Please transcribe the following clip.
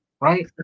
right